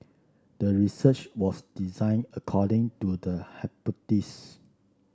the research was designed according to the hypothesis